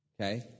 okay